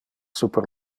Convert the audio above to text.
super